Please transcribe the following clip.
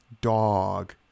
dog